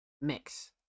mix